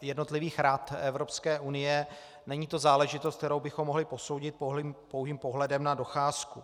jednotlivých rad Evropské unie, není to záležitost, kterou bychom mohli posoudit pouhým pohledem na docházku.